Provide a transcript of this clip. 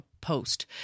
post